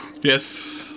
Yes